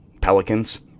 Pelicans